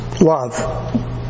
Love